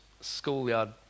schoolyard